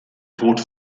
tod